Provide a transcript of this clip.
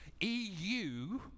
Eu